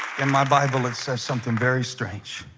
and my bible it says something very strange